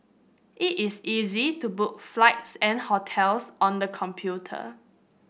it is easy to book flights and hotels on the computer